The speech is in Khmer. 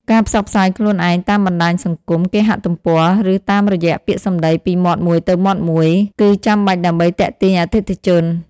ការផ្សព្វផ្សាយខ្លួនឯង តាមបណ្តាញសង្គម គេហទំព័រ ឬតាមរយៈពាក្យសម្តីពីមាត់មួយទៅមាត់មួយ គឺចាំបាច់ដើម្បីទាក់ទាញអតិថិជន។